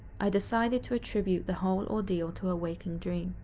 i decided to attribute the whole ordeal to a waking dream.